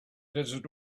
desert